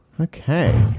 Okay